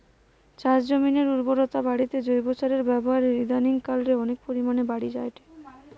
চাষজমিনের উর্বরতা বাড়িতে জৈব সারের ব্যাবহার ইদানিং কাল রে অনেক পরিমাণে বাড়ি জাইচে